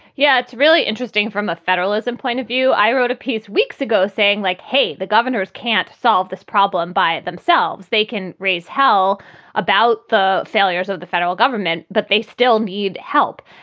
yeah, it's really interesting from a federalism point of view. i wrote a piece weeks ago saying like, hey, the governors can't solve this problem by themselves. they can raise hell about the failures of the federal government, but they still need help.